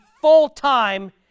full-time